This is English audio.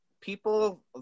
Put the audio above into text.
people